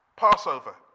Passover